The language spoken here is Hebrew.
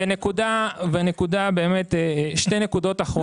והנקודה, שתי נקודות אחרונות.